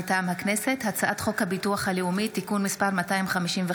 מטעם הכנסת: הצעת חוק הביטוח הלאומי (תיקון מס' 255)